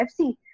FC